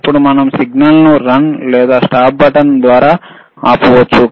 ఇప్పుడు మనం సిగ్నల్ ను రన్ మరియు స్టాప్ బటన్ ద్వారా ఆపవచ్చు